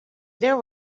there